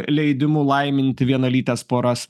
leidimu laiminti vienalytes poras